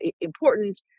important